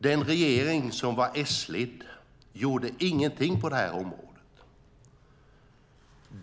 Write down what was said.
Den regeringen, som var S-ledd, gjorde ingenting på det här området.